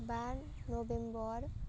बा नबेम्बर